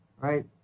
right